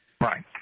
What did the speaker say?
Right